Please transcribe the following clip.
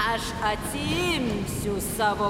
aš atsiimsiu savo